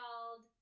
called